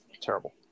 terrible